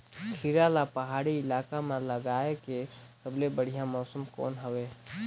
खीरा ला पहाड़ी इलाका मां लगाय के सबले बढ़िया मौसम कोन हवे?